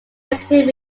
negative